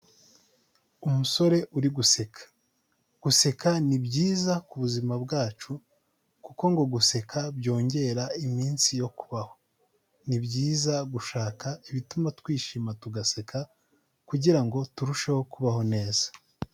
Umusore uri guseka, guseka ni byiza ku buzima bwacu, kuko ngo guseka byongera iminsi yo kubaho, ni byiza gushaka ibituma twishima tugaseka, kugirango turusheho kubaho neza.